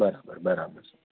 બરાબર બરાબર છે